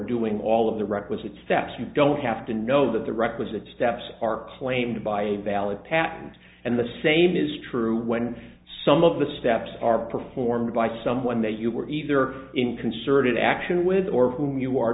doing all of the requisite steps you don't have to know that the requisite steps are claimed by a valid patent and the same is true when some of the steps are performed by someone that you were either in concerted action with or whom you are